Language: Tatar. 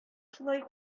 шулай